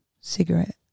Cigarette